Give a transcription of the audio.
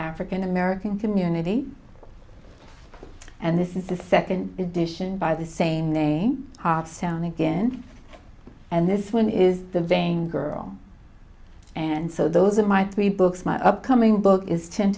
african american community and this is the second edition by the same name hot sound against and this one is the vein girl and so those of my three books my upcoming book is ten